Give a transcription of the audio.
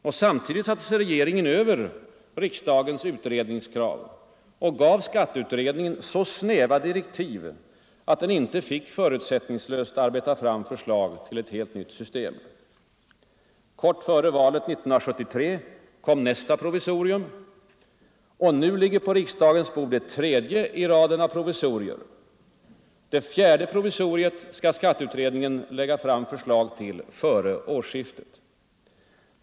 Regeringen satte sig samtidigt över riksdagens utredningskrav och gav skatteutredningen så snäva direktiv, att den inte fick förutsättningslöst arbeta fram förslag till ett helt nytt skattesystem. Kort före valet 1973 kom nästa provisorium. Och nu ligger på riksdagens bord det tredje i raden av provisorier. Det fjärde provisoriet skall skatteutredningen lägga fram förslag till före årsskiftet.